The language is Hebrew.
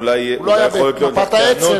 הוא לא היה במפת האצ"ל,